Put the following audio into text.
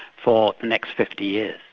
for the next fifty years.